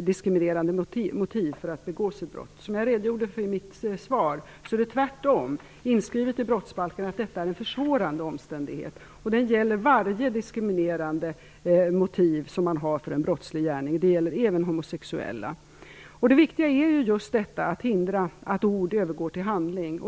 diskriminerande motiv för att begå sitt brott. Som jag redogjorde för i mitt svar är det tvärtom inskrivet i brottsbalken att detta är en försvårande omständighet, och det gäller varje diskriminerande motiv som man har för en brottslig gärning, även homosexuella. Det viktiga är ju just detta att hindra att ord övergår till handling.